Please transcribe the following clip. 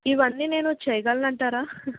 ఇవన్నీ నేను చేయగలనంటారా